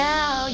Now